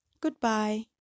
Goodbye